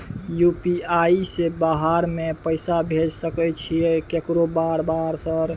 UPI से बाहर में पैसा भेज सकय छीयै केकरो बार बार सर?